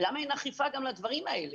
למה אין אכיפה גם לדברים האלה?